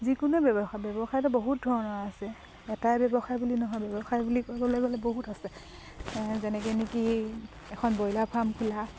যিকোনো ব্যৱসায় ব্যৱসায়টো বহুত ধৰণৰ আছে এটাই ব্যৱসায় বুলি নহয় ব্যৱসায় বুলি ক'বলৈ গ'লে বহুত আছে যেনেকে নেকি এখন ব্ৰইলাৰ ফাৰ্ম খোলা